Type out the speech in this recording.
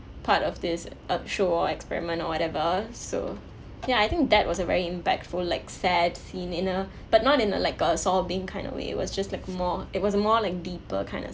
part of this um show or experiment or whatever so ya I think that was a very impactful like sad scene in a but not in a like a sobbing kind of way it was just like more it was more like deeper kind of